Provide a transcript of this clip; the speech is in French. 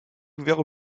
ouverts